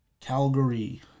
Calgary